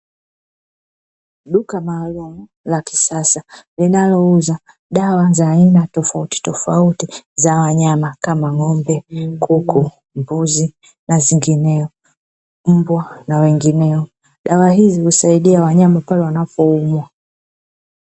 Duka maalumu la kisasa, linalouza dawa za aina tofauti tofauti za wanyama kama ng'ombe, kuku, mbuzi na zinginezo mbwa na wengineo. Dawa hizi husaidia wanyama pale wanapoumwa.